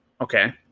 Okay